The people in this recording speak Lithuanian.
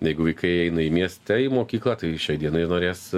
jeigu vaikai eina į mieste į mokyklą tai šiai dienai norės